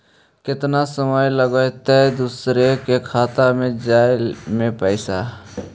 केतना समय लगतैय दुसर के खाता में जाय में पैसा?